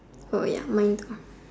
ya mine too